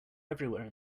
everywhere